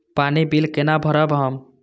पानी बील केना भरब हम?